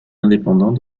indépendants